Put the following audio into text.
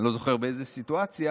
אני לא זוכר באיזו סיטואציה,